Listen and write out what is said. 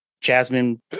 Jasmine